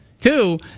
Two